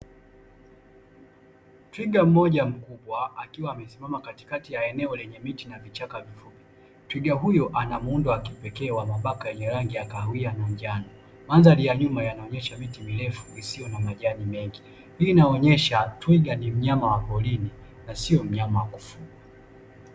Twiga mmoja mkubwa akiwa amesimama katikati ya eneo lenye miti na vichaka vikubwa, twiga huyo anamuundo wa kipee wenye rangi ya kahawia na mabaka ya njano mandhari ya nyuma inaonesha miti mirefu yenye majani mengi inaonyesha twiga ni mnyama wa porini na sio mnyama wa kufugwa.